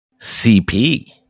CP